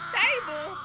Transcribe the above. table